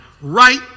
right